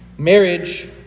Marriage